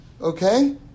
Okay